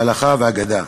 בהלכה ואגדה,